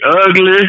ugly